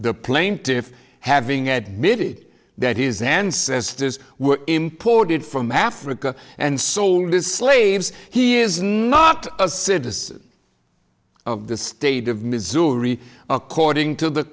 the plaintiffs having admitting that his ancestors were imported from africa and sold his slaves he is not a citizen of the state of missouri according to the